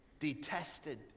detested